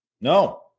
No